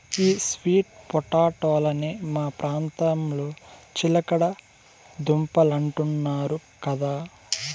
ఈ స్వీట్ పొటాటోలనే మా ప్రాంతంలో చిలకడ దుంపలంటున్నారు కదా